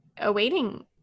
awaiting